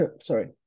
sorry